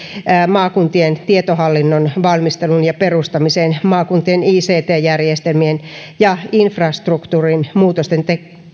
maakuntien tietohallinnon valmisteluun ja perustamiseen maakuntien ict järjestelmien ja infrastruktuurin muutosten